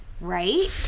right